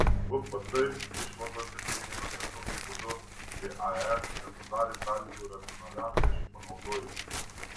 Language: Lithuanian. vpt išvadose teigiama kad tokiu būdu iae nesudarė sąlygų racionaliam lėšų panaudojimui